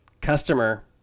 customer